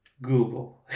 Google